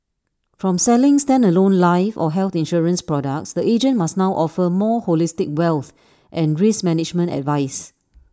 from selling standalone life or health insurance products the agent must now offer more holistic wealth and risk management advice